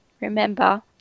remember